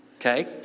okay